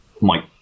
Mike